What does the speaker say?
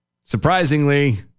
surprisingly